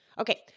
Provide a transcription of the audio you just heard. Okay